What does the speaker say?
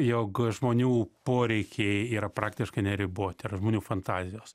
jog žmonių poreikiai yra praktiškai neriboti ar žmonių fantazijos